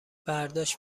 برداشت